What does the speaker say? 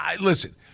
Listen